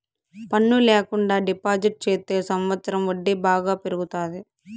పన్ను ల్యాకుండా డిపాజిట్ చెత్తే సంవచ్చరం వడ్డీ బాగా పెరుగుతాది